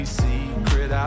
secret